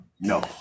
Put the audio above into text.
No